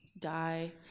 die